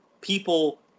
people